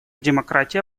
демократия